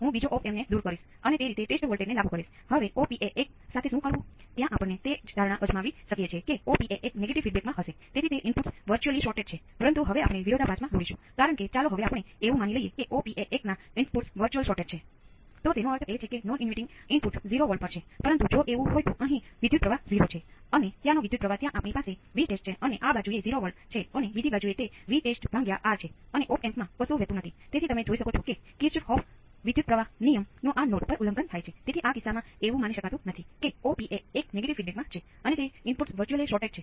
આ ચોક્કસ કિસ્સામાં આપણે જોયું કે ટ્રાન્સીયેન્ટ રિસ્પોન્સ ને સમાન હોય છે